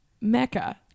Mecca